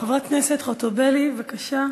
חברת הכנסת חוטובלי, בבקשה,